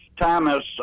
Thomas